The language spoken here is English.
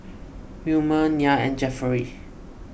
Wilmer Nyah and Jefferey